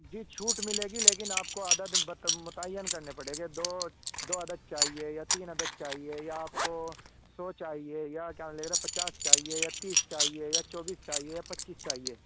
جی چھوٹ ملے گی لیکن آپ کو عدد متعین کرنے پڑیں گے دو دو عدد چاہیے یا تین عدد چاہیے یا آپ کو سو چاہیے یا کیا لے رہے پچاس چاہیے یا تیس چاہیے یا چوبیس چاہیے یا پچیس چاہیے